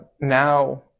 now